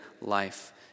life